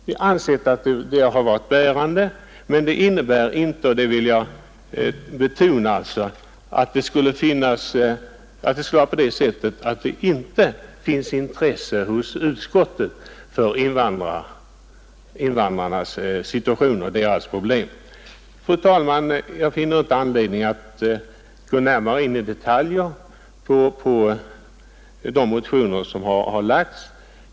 Vi har ansett att det är bärande. Men det betyder inte — och det vill jag betona — att det inte finns intresse hos utskottet för invandrarnas situation och deras problem. Fru talman! Jag finner inte anledning att gå närmare in på detaljer i de motioner som väckts.